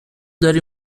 داری